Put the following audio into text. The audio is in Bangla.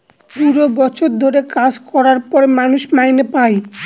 পুরো বছর ধরে কাজ করার পর মানুষ মাইনে পাই